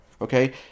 okay